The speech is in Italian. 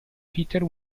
peter